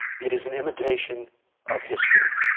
it is an imitation of history,